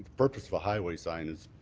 purpose of a highway sign is